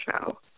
show